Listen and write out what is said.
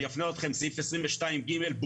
אבל באמת זה דיון מאוד מאוד חשוב ותודה רבה לכן.